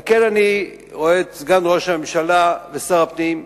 על כן, אני רואה את סגן ראש הממשלה ושר הפנים,